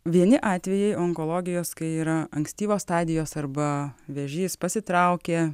vieni atvejai onkologijos kai yra ankstyvos stadijos arba vėžys pasitraukė